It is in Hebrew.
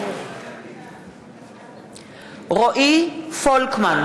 מתחייב אני רועי פולקמן,